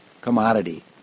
commodity